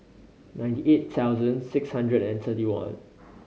ninety eight thousand six hundred and thirty one